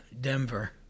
Denver